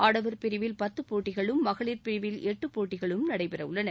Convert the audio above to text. ஆடவர் பிரிவில் பத்து போட்டிகளும் மகளிர் பிரிவில் எட்டு போட்டிகளும் நடைபெறவுள்ளன